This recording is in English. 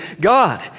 God